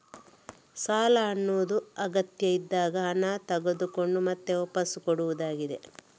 ಸಾಲ ಅನ್ನುದು ಅಗತ್ಯ ಇದ್ದಾಗ ಹಣ ತಗೊಂಡು ಮತ್ತೆ ವಾಪಸ್ಸು ಕೊಡುದಾಗಿದೆ